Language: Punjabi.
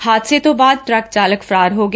ਹਾਦਸੇ ਤੋਂ ਬਾਅਦ ਟਰੱਕ ਚਾਲਕ ਫਰਾਰ ਹੋ ਗਿਆ